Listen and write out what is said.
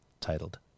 titled